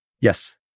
yes